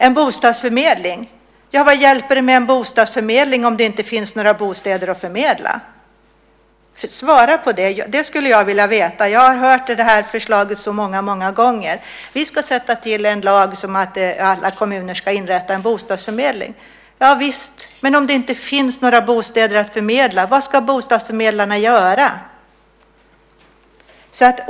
En bostadsförmedling - vad hjälper det med en bostadsförmedling om det inte finns några bostäder att förmedla? Svara på det! Det skulle jag vilja veta. Jag har hört det här förslaget så många gånger. Vi ska införa en lag om att alla kommuner ska inrätta en bostadsförmedling. Javisst, men om det inte finns några bostäder att förmedla, vad ska bostadsförmedlarna göra?